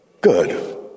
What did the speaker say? good